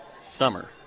summer